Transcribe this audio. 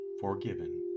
forgiven